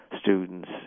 students